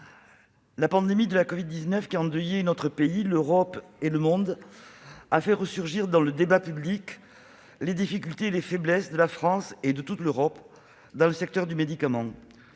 la pandémie de la covid-19, qui a endeuillé notre pays, l'Europe et le monde, a fait ressurgir dans le débat public les difficultés et les faiblesses de la France et de toute l'Europe dans le secteur du médicament.